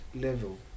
level